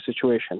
situation